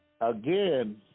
again